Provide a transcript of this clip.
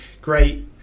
great